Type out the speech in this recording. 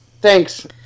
Thanks